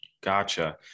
Gotcha